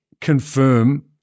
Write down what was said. confirm